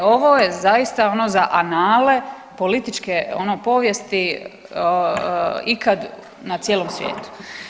E ovo je zaista ono za anale političke ono povijesti ikad na cijelom svijetu.